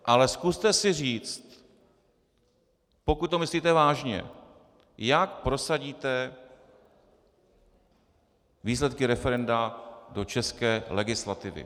Ale zkuste si říct, pokud to myslíte vážně, jak prosadíte výsledky referenda do české legislativy.